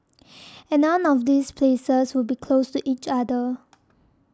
and none of these places would be closed each other